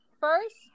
First